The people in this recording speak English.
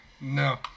No